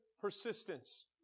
persistence